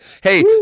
hey